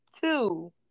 two